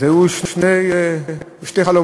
היו שני חלומות,